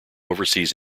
overseas